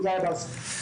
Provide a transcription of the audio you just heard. תודה רבה לך.